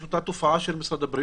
יש את אותה תופעה של משרד הבריאות,